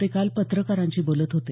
ते काल पत्रकारांशी बोलत होते